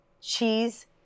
cheese